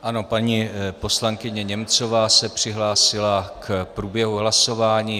Ano, paní poslankyně Němcová se přihlásila k průběhu hlasování.